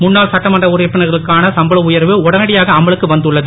முன்னாள் சட்டமன்ற உறுப்பினர்களுக்கான சம்பள உயர்வு உடனடியாக அமலுக்கு வந்துள்ளது